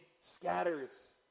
scatters